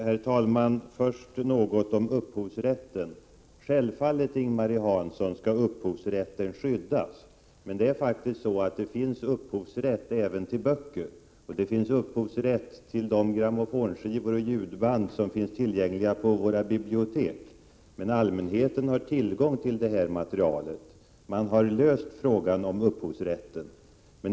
Herr talman! Först något om upphovsrätten. Självfallet, Ing-Marie Hansson, skall upphovsrätten skyddas, men det finns faktiskt upphovsrätt även till böcker. Det finns upphovsrätt till de grammofonskivor och ljudband som finns tillgängliga på våra bibliotek, men allmänheten har tillgång till detta material. Man har löst frågan om upphovsrätten.